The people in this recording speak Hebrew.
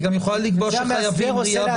היא יכולה גם לקבוע שחייבים RIA,